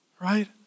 right